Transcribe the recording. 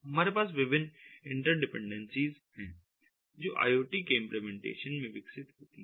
हमारे पास विभिन्न इंटरडिपेंडेंसीज हैं जो IoTके इंप्लीमेंटेशन में विकसित होती हैं